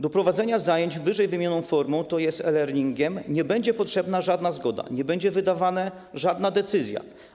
Do prowadzenia zajęć w ww. formie, tj. e-learningu, nie będzie potrzebna żadna zgoda, nie będzie wydawana żadna decyzja.